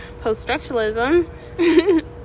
post-structuralism